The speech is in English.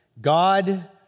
God